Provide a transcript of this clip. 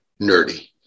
nerdy